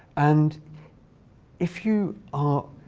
and if you are